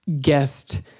guest